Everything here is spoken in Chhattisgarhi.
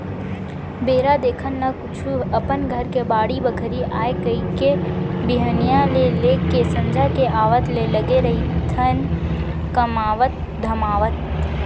बेरा देखन न कुछु अपन घर के बाड़ी बखरी आय कहिके बिहनिया ले लेके संझा के आवत ले लगे रहिथन कमावत धमावत